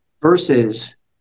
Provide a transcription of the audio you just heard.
versus